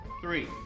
three